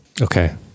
Okay